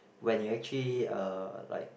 when you actually uh like